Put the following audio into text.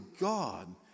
God